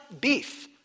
beef